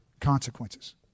consequences